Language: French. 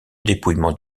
dépouillement